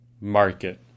market